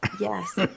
Yes